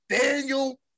Daniel